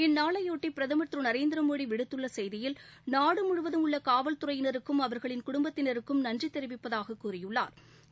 இந்நாளையொட்டி பிரதமர் திரு நரேந்திரமோடி விடுத்துள்ள செய்தியில் நாடு முழுவதும் உள்ள காவல் துறையினருக்கும் அவா்களின் குடும்பத்தினருக்கும் நன்றி தெரிவிப்பதாகக் கூறியுள்ளாா்